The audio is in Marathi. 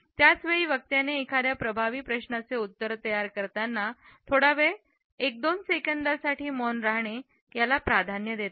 त्याच वेळी वक्ताने एखाद्या प्रश्नाचे उत्तर तयार करताना थोडावेळ 12 सेकंदासाठी मौन राहणे याला प्राधान्य देतात